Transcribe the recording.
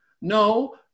no